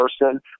person